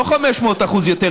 לא 500% יותר,